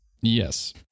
Yes